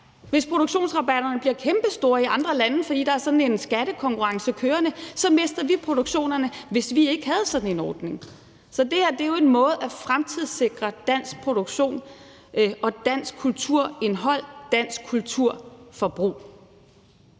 Hvis produktionsrabatterne bliver kæmpestore i andre lande, fordi man har en skattekonkurrence kørende, så mister vi produktionerne, hvis vi ikke har en sådan ordning. Så det her er jo en måde at fremtidssikre dansk produktion, dansk kulturindhold og dansk kulturforbrug